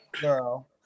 girl